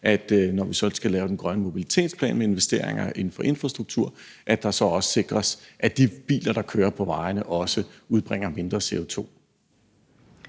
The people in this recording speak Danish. når vi så skal lave den grønne mobilitetsplan med investeringer inden for infrastruktur, at de biler, der kører på vejene, også udleder mindre CO2.